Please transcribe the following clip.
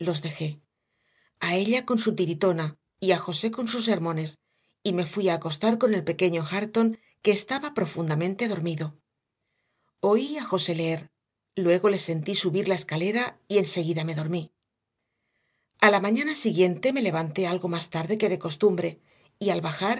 a ella con su tiritona y a josé con sus sermones y me fui a acostar con el pequeño hareton que estaba profundamente dormido oí a josé leer luego le sentí subir la escalera y en seguida me dormí a la mañana siguiente me levanté algo más tarde que de costumbre y al bajar